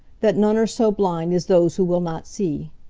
that none are so blind as those who will not see.